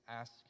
ask